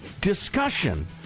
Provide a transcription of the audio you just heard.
discussion